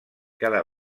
cada